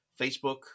Facebook